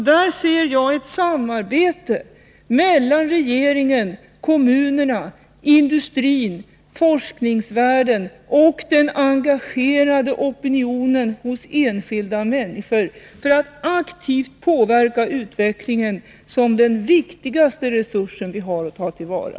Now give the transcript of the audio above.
Där ser jag ett samarbete mellan regeringen, kommunerna, industrin, forskningsvärlden och den engagerade opinionen hos enskilda människor för att aktivt påverka utvecklingen som den viktigaste resursen vi har att ta till vara.